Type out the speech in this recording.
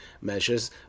measures